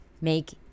make